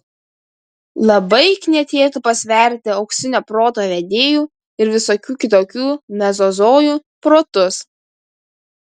labai knietėtų pasverti auksinio proto vedėjų ir visokių kitokių mezozojų protus